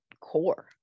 core